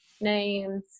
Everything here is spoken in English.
names